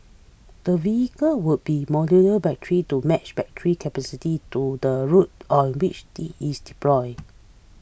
the vehicle will be modular battery to match battery capacity to the route on which it is deployed